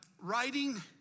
writing